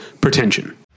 pretension